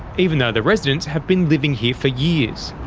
even though the residents have been living here for years.